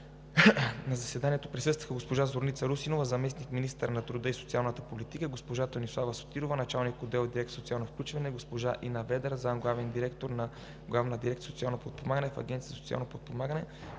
На заседанието присъстваха: госпожа Зорница Русинова – заместник-министър на труда и социалната политика, госпожа Тонислава Сотирова – началник на отдел в дирекция „Социално включване“, госпожа Инна Ведър – заместник-главен директор на Главна дирекция „Социално подпомагане“ в Агенция „Социално подпомагане“,